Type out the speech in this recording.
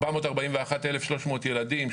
441,300 ילדים,